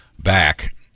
back